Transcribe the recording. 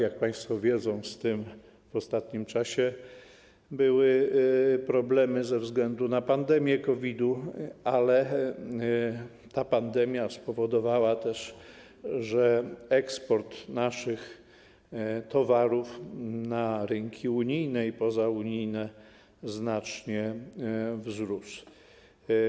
Jak państwo wiedzą, z tym w ostatnim czasie były problemy ze względu na pandemię COVID-u, ale ta pandemia spowodowała też, że eksport naszych towarów na rynki unijne i pozaunijne znacznie wzrósł.